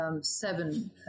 Seven